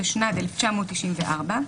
התשנ"ד 1994,